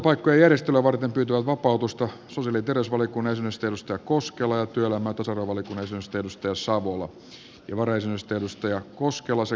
valiokuntapaikkojen järjestelyä varten pyytävät vapautusta sosiaali ja terveysvaliokunnan jäsenyydestä laila koskela ja työelämä ja tasa arvovaliokunnan jäsenyydestä mikko savola ja varajäsenyydestä laila koskela sekä anu vehviläinen